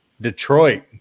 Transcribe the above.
Detroit